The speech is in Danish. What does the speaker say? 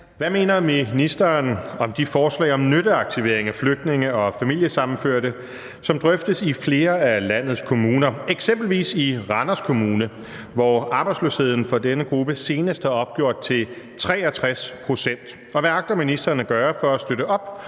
Hvad mener ministeren om de forslag om nytteaktivering af flygtninge og familiesammenførte, som drøftes i flere af landets kommuner – eksempelvis i Randers Kommune, hvor arbejdsløsheden for denne gruppe senest er opgjort til 63 pct. – og hvad agter ministeren at gøre for at støtte op